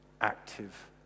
active